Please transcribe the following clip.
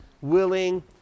willing